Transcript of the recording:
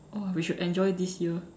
!wah! we should enjoy this year